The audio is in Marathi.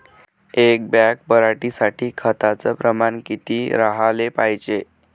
एक बॅग पराटी साठी खताचं प्रमान किती राहाले पायजे?